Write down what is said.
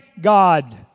God